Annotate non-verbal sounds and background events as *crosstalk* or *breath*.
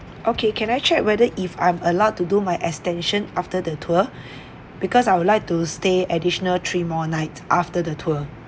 okay can I check whether if I'm allowed to do my extension after the tour *breath* because I would like to stay additional three more night after the tour